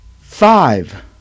Five